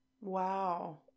Wow